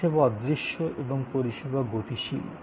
পরিষেবা অদৃশ্য এবং পরিষেবা গতিশীল